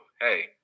hey